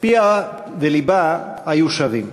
פיה ולבה היו שווים.